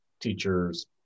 teachers